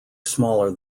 smaller